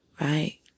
Right